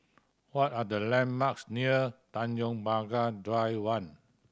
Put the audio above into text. what are the landmarks near Tanjong Pagar Drive One